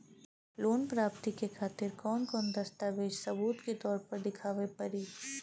Loan प्राप्ति के खातिर कौन कौन दस्तावेज सबूत के तौर पर देखावे परी?